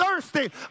thirsty